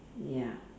ya